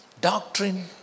Doctrine